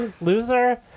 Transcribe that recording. Loser